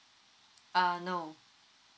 err no